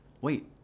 Wait